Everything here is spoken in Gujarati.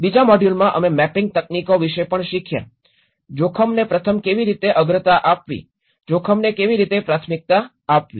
બીજા મોડ્યુલમાં અમે મેપિંગ તકનીકો વિશે પણ શીખ્યા જોખમને પ્રથમ કેવી રીતે અગ્રતા આપવી જોખમને કેવી રીતે પ્રાથમિકતા આપવી